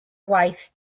waith